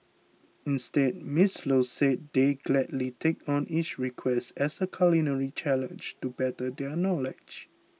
instead Miss Low said they gladly take on each request as a culinary challenge to better their knowledge